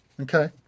Okay